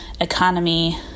economy